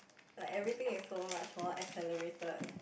like everything is so much more accelerated